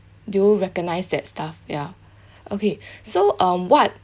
do you recognise that staff ya okay so um what